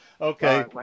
okay